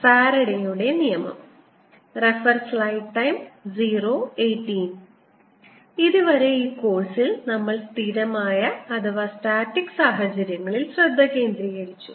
ഫാരഡെയുടെ നിയമം ഇതുവരെ ഈ കോഴ്സിൽ നമ്മൾ സ്ഥിരമായ സാഹചര്യങ്ങളിൽ ശ്രദ്ധ കേന്ദ്രീകരിച്ചു